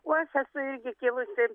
o aš esu irgi kilusi